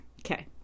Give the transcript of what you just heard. Okay